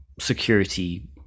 security